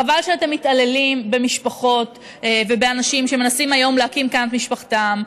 חבל שאתם מתעללים במשפחות ובאנשים שמנסים היום להקים כאן את משפחתם,